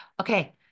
okay